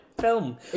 film